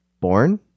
born